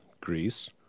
Greece